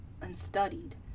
unstudied